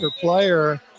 player